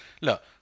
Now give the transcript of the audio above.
Look